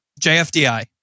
JFDI